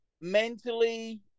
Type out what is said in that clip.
mentally